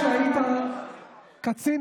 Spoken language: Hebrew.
היו"ר קרן